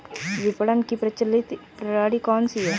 विपणन की प्रचलित प्रणाली कौनसी है?